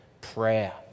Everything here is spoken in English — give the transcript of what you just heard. prayer